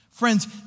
Friends